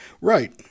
right